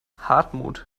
hartmut